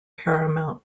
paramount